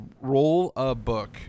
Roll-a-Book